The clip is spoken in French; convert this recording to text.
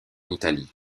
italie